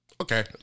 Okay